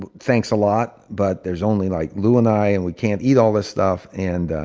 but thanks a lot, but there's only like lu and i, and we can't eat all this stuff, and